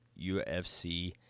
UFC